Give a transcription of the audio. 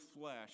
flesh